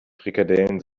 frikadellen